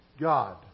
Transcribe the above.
God